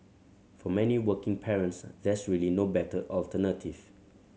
for many working parents there's really no better alternative